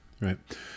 right